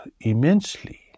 immensely